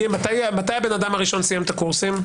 מתי האדם הראשון סיים את הקורסים?